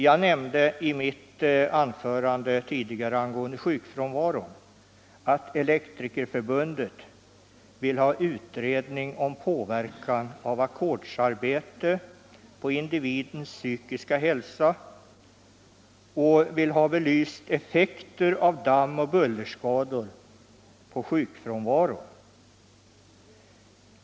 Jag redovisade ingående i mitt tidigare anförande när det gällde sjukfrånvaron att Elektrikerförbundet vill ha en utredning om ackordsarbetets inverkan på individens psykiska hälsa och att förbundet även vill ha effekterna på sjukfrånvaron av damm och bullerskador belysta.